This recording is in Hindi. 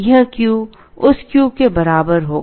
यह Q उस Q के बराबर होगा